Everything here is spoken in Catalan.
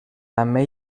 també